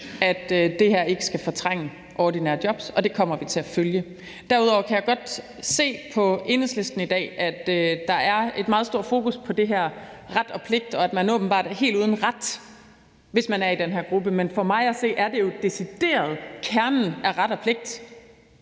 ikke skal fortrænge ordinære jobs, og det kommer vi til at følge. Derudover kan jeg godt høre på Enhedslisten i dag, at der er et meget stort fokus på det her med ret og pligt, og at det opfattes sådan, at man åbenbart er helt uden rettigheder, hvis man er i den her gruppe. Men for mig at se er det jo decideret kernen i princippet